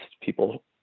people